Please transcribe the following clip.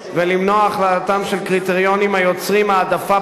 ולמנוע הכללתם של קריטריונים היוצרים העדפה